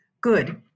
Good